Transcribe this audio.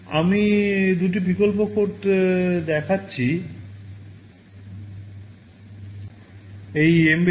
আমি দুটি বিকল্প কোড দেখাচ্ছি এই এমবেডএ